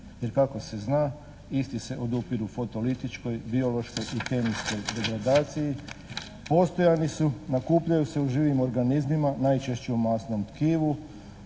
jer kako se zna isti se odupiru fotolitičkoj, biološkoj i kemijskoj degradaciju, postojani su, nakupljaju se u živim organizmima najčešće u masnom tkivu.